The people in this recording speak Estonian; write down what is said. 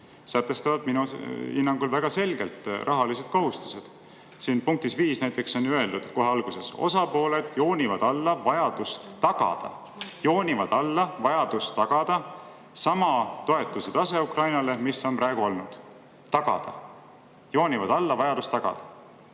sätestavad minu hinnangul väga selgelt rahalised kohustused. Punktis 5 on kohe alguses öeldud, et osapooled joonivad alla vajadust tagada – joonivad alla vajadust tagada! – sama toetuse tase Ukrainale, mis on praegu olnud. Tagada? Joonivad alla vajadust tagada?